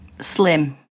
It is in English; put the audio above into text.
slim